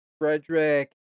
Frederick